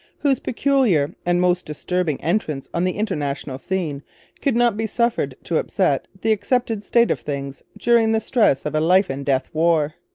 whose peculiar and most disturbing entrance on the international scene could not be suffered to upset the accepted state of things during the stress of a life-and-death war.